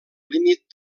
límit